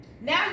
Now